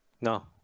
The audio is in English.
No